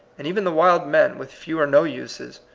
and even the wild men, with few or no uses,